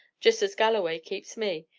just as galloway keeps me.